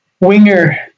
winger